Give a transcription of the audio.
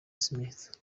smith